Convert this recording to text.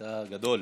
אתה גדול.